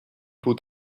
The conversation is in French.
pots